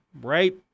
right